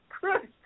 Christ